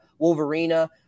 Wolverina